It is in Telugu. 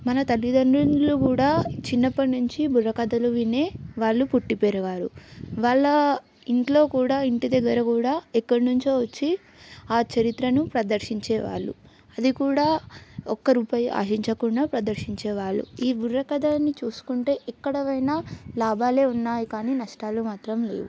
మన తల్లిదండ్రులు కూడా చిన్నప్పటినుంచి బుర్రకథలు వినే వాళ్ళు పుట్టి పెరిగారు వాళ్ళ ఇంట్లో కూడా ఇంటి దగ్గర కూడా ఎక్కడి నుంచో వచ్చి ఆ చరిత్రను ప్రదర్శించేవాళ్ళు అది కూడా ఒక్క రూపాయి ఆశించకుండా ప్రదర్శించేవాళ్ళు ఈ బుర్రకథని చూసుకుంటే ఎక్కడ పోయినా లాభాలే ఉన్నాయి కానీ నష్టాలు మాత్రం లేవు